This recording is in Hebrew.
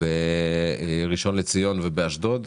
בראשון לציון ובאשדוד.